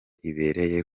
ibereye